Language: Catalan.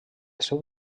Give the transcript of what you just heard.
seu